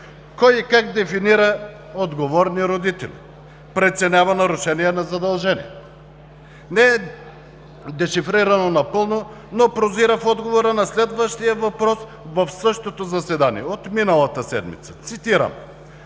Кой и как дефинира отговорни родители, преценява нарушения на задължения? Не е дешифрирано напълно, но прозира в отговора на следващия въпрос в същото заседание от миналата седмица, цитирам: